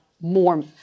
more